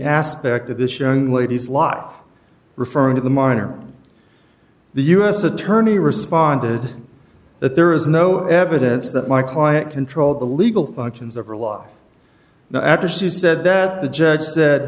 aspect of this young lady's lot referring to the minor the u s attorney responded that there is no evidence that my client controlled the legal functions of her lot now after she said that the judge that